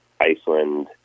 Iceland